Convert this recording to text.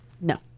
No